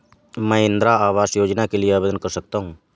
क्या मैं इंदिरा आवास योजना के लिए आवेदन कर सकता हूँ?